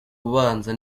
ubanza